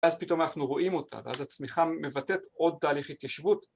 ‫ואז פתאום אנחנו רואים אותה, ‫ואז הצמיחה מבטאת עוד תהליך התיישבות.